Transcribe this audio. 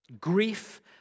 Grief